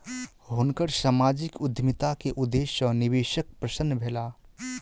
हुनकर सामाजिक उद्यमिता के उदेश्य सॅ निवेशक प्रसन्न भेला